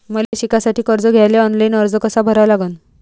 मले शिकासाठी कर्ज घ्याले ऑनलाईन अर्ज कसा भरा लागन?